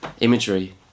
imagery